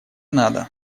надо